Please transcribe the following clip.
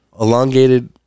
elongated